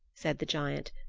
said the giant,